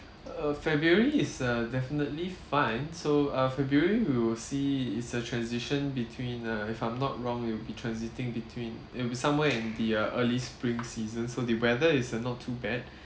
uh february is err definitely fine so uh february we will see is a transition between err if I'm not wrong it will be transiting between it'll be somewhere in the uh early spring season so the weather is not too bad